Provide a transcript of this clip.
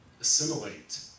assimilate